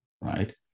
right